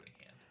hand